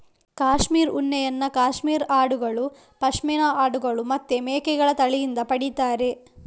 cashmere ಉಣ್ಣೆಯನ್ನ cashmere ಆಡುಗಳು, ಪಶ್ಮಿನಾ ಆಡುಗಳು ಮತ್ತೆ ಮೇಕೆಗಳ ತಳಿಯಿಂದ ಪಡೀತಾರೆ